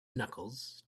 knuckles